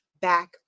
back